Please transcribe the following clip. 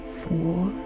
four